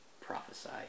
prophesy